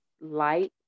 light